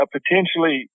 Potentially